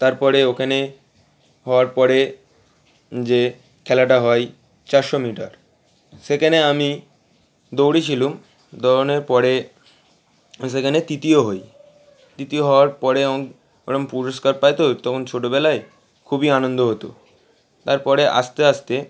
তারপরে ওখানে হওয়ার পরে যে খেলাটা হয়ই চারশো মিটার সেখানে আমি দৌড়ে ছিলাম দৌড়ানোর পরে সেখানে তৃতীয় হোই তৃতীয় হওয়ার পরে ওং ওরম পুরস্কার পায় তো তখন ছোটোবেলায় খুবই আনন্দ হতো তারপরে আস্তে আস্তে